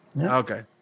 Okay